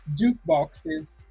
jukeboxes